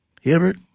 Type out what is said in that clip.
Hibbert